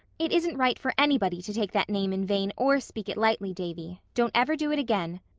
it isn't right for anybody to take that name in vain or speak it lightly, davy. don't ever do it again.